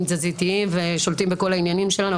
תזזיתיים ושולטים בכל העניינים שלנו,